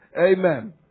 Amen